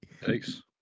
Thanks